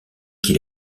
qu’il